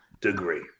degree